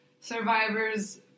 survivors